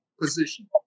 position